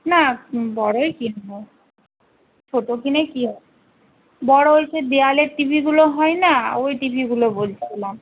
না বড়ই কিনব ছোটো কিনে কী বড় ওই যে দেওয়ালের টি ভি গুলো হয় না ওই টি ভি গুলো বলছিলাম